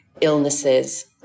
illnesses